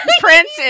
prince